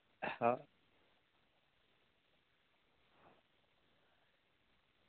ᱦᱳᱭ